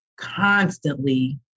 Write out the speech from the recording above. constantly